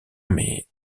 mais